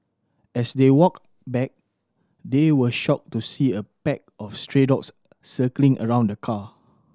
as they walked back they were shocked to see a pack of stray dogs circling around the car